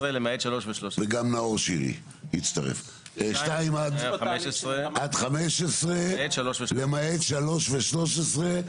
2 עד 15 למעט 3 ו-13.